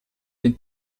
den